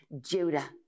Judah